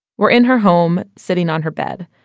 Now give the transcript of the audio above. we're in her home, sitting on her bed.